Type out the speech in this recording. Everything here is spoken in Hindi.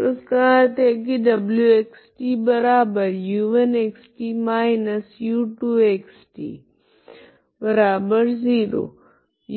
तो इसका अर्थ है की wxtu1xt u2xt0